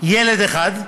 ילד אחד,